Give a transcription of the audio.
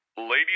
Ladies